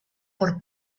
por